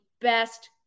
best